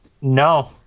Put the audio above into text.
No